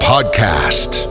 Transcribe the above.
podcast